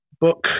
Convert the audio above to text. book